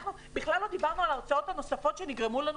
אנחנו בכלל לא דיברנו על ההוצאות הנוספות שנגרמו לנו